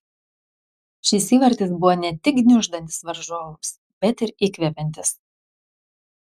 šis įvartis buvo ne tik gniuždantis varžovus bet ir įkvepiantis